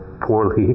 poorly